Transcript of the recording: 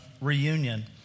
reunion